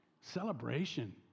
celebration